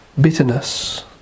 bitterness